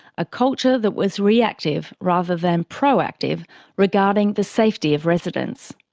a culture that was reactive rather than proactive regarding the safety of residents'.